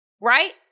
right